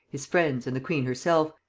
his friends, and the queen herself,